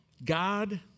God